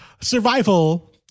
survival